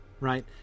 right